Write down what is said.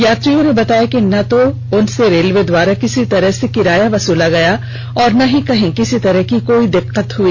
यात्रियों ने बताया कि न तो उनसे रेलवे द्वारा किसी तरह से किराया वसूला गया और न ही कहीं किसी तरह की कोई दिक्कत हुई